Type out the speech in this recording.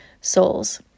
souls